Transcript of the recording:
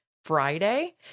Friday